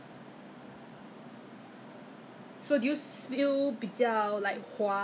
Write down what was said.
因为我跟他讲 hor I sure forget know 我跟他讲 I sure forget after you tell me what all the steps after I walk out of this shop